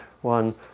one